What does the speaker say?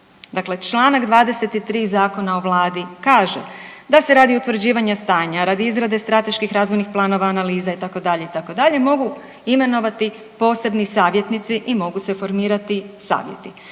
Dakle, čl. 23. Zakona o Vladi kaže: da se radi o utvrđivanju stanja, radi izrade strateških razvojnih planova, analiza itd., itd., mogu imenovati posebni savjetnici i mogu se formirati savjeti.